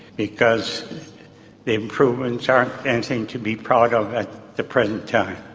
because the improvements aren't anything to be proud of at the present time.